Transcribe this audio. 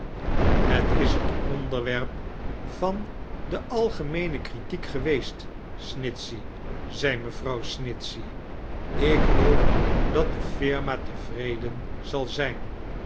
het is het onderwerp van de algemeene kritiek geweest snitchey zei mevrouw snitchey ik hoop dat de firma tevredlen zal zijn